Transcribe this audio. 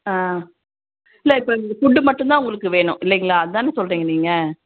ஆ இல்லை இப்போ நீங்கள் ஃபுட்டு மட்டும்தான் உங்களுக்கு வேணும் இல்லைங்களா அதானே சொல்லுறிங்க நீங்கள்